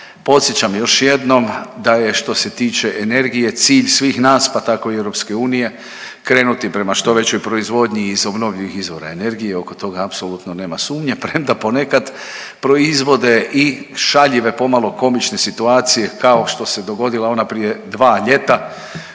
Podsjećam još jednom da je što se tiče energije cilj svih nas, pa tako i EU krenuti prema što većoj proizvodnji iz obnovljivih izvora energije, oko toga apsolutno nema sumnje premda ponekad proizvode i šaljive, pomalo komične situacije kao što se dogodila ona prije dva ljeta